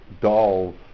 dolls